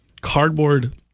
cardboard